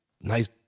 nice